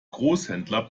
großhändler